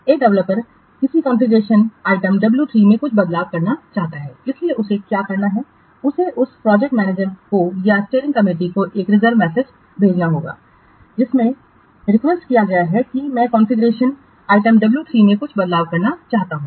एक डेवलपर किस configuration item W 3 में कुछ बदलाव करना चाहता है इसलिए उसे क्या करना है उसे इस प्रोजेक्ट मैनेजर को या स्टीयरिंग कमेटी को एक रिजर्व मैसेज भेजना होगा जिसमें रिक्वेस्ट किया गया है कि मैं कॉन्फ़िगरेशन आइटम W 3 कुछ बदलाव करना चाहता हूं